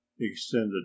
extended